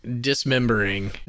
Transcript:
dismembering